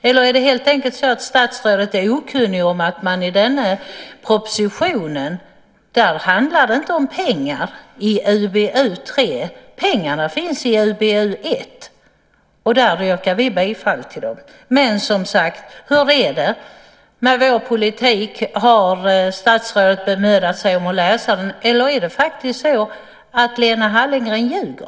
Eller är det helt enkelt så att statsrådet är okunnig om att det i denna proposition och i UbU3 inte handlar om pengar? Pengarna finns i UbU1, och där yrkar vi bifall till dem. Men, som sagt, hur är det med vår politik? Har statsrådet bemödat sig om att läsa den, eller är det faktiskt så att Lena Hallengren ljuger?